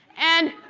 and,